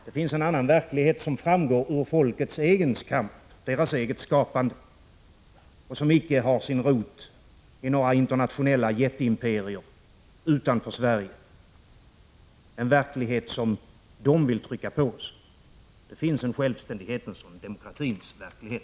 Det finns en annan verklighet, som framgår ur folkets egen kamp och ur dess egna skapande och som icke har sin rot i några internationella jätteimperier utanför Sverige. Det finns också en självständighetens och demokratins verklighet.